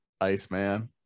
Iceman